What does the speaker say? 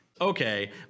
Okay